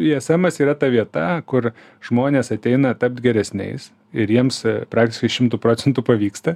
is emas yra ta vieta kur žmonės ateina tapt geresniais ir jiems praktiškai šimtu procentų pavyksta